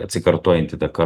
atsikartojanti ta kartų